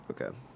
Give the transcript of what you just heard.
Okay